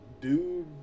dude